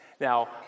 Now